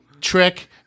Trick